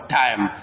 time